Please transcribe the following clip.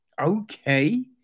okay